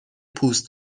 پوست